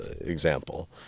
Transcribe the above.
example